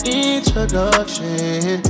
introduction